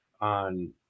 on